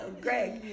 Greg